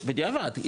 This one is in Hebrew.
בדיעבד,